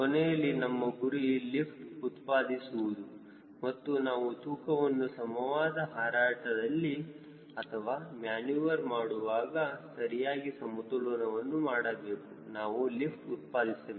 ಕೊನೆಯಲ್ಲಿ ನಮ್ಮ ಗುರಿ ಲಿಫ್ಟ್ ಉತ್ಪಾದಿಸುವುದು ಮತ್ತು ನಾವು ತೂಕವನ್ನು ಸಮವಾದ ಹಾರಾಟದಲ್ಲಿ ಅಥವಾ ಮ್ಯಾನುವರ್ ಮಾಡುವಾಗ ಸರಿಯಾಗಿ ಸಮತೋಲನವನ್ನು ಮಾಡಬೇಕು ನಾವು ಲಿಫ್ಟ್ ಉತ್ಪಾದಿಸಬೇಕು